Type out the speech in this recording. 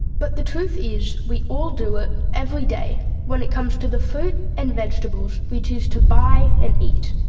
but the truth is we all do it every day when it comes to the fruit and vegetables we choose to buy and eat.